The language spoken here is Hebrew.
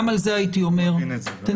גם על זה הייתי אומר תנסו,